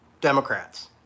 Democrats